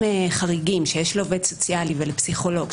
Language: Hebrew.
חריגים שיש לעובד סוציאלי ולפסיכולוג,